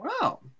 wow